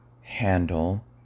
handle